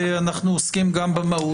אנחנו עוסקים גם במהות.